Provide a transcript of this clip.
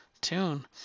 tune